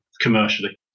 commercially